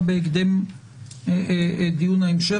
שניהם אומרים,